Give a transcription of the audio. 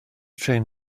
trên